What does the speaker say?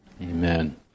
Amen